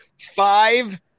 five